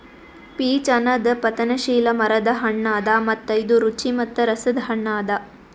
peach ಅನದ್ ಪತನಶೀಲ ಮರದ್ ಹಣ್ಣ ಅದಾ ಮತ್ತ ಇದು ರುಚಿ ಮತ್ತ ರಸದ್ ಹಣ್ಣ ಅದಾ